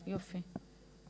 יופי,